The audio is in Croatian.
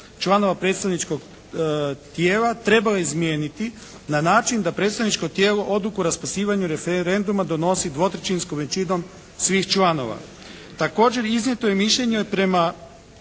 glasova predstavničkog tijela trebao je izmijeniti na način da predstavničko tijelo odluku o raspisivanju referenduma donosi dvotrećinskom većinom svih članova. Također iznijeto je mišljenje prema